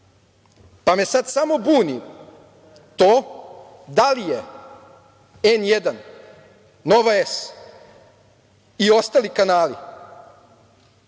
Sada me samo buni to da li N1, Nova S i ostali kanali